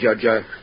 Judge